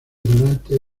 donante